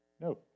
no